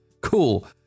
Cool